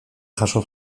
jaso